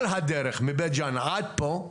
כל הדרך מבית ג'אן עד פה,